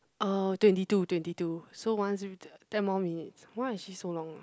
uh twenty two twenty two so once we ten more minutes why is she so long ah